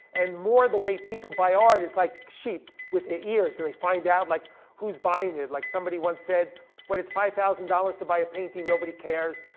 and more the way people buy art is like sheep with their ears, and they find out like who's buying it. like somebody once said when it's five thousand dollars to buy a painting nobody cares,